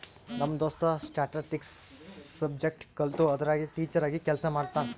ನಮ್ ದೋಸ್ತ statistics subject ಕಲ್ತು ಅದುರಾಗೆ ಟೀಚರ್ ಆಗಿ ಕೆಲ್ಸಾ ಮಾಡ್ಲತಾನ್